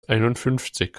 einundfünfzig